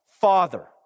Father